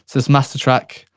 this master track,